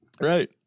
Right